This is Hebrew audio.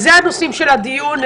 אלה נושאי הדיון.